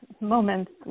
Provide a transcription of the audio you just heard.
moments